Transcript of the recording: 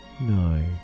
No